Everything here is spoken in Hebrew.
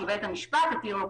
שבית המשפט התיר לנו,